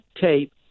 tape